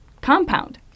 compound